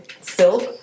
silk